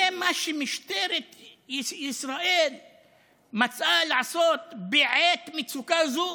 זה מה שמשטרת ישראל מצאה לנכון עשות בעת מצוקה זו,